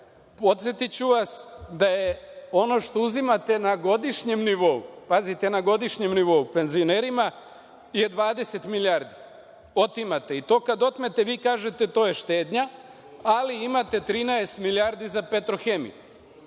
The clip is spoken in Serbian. dinara. Podsetiću vas da je ono što uzimate na godišnjem nivou, pazite, na godišnjem nivou, penzionerima je 20 milijardi. Otimate i to kad otmete vi kažete – to je štednja, ali imate 13 milijardi za „Petrohemiju“.Šta